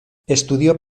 estudió